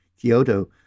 Kyoto